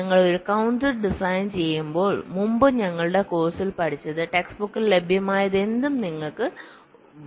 ഞങ്ങൾ ഒരു counter design ചെയ്യുമ്പോൾ മുമ്പ് ഞങ്ങളുടെ കോഴ്സിൽ പഠിച്ചത് ടെക്സ്റ്റ് ബുക്കിൽ ലഭ്യമായതെന്തും നിങ്ങൾ സാധാരണ കാണും